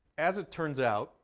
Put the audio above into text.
as it turns out,